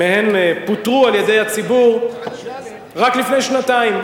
שמהן פוטרו על-ידי הציבור רק לפני שנתיים.